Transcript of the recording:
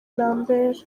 lambert